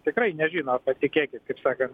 tikrai nežino patikėkit kaip sakant